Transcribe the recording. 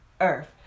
earth